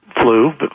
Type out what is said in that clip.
flu